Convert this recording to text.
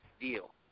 deal